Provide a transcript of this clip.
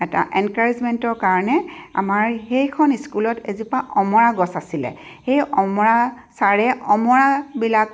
এটা এনকাৰেজমেণ্টৰ কাৰণে আমাৰ সেইখন স্কুলত এজোপা অমৰা গছ আছিলে সেই অমৰা ছাৰে অমৰাবিলাক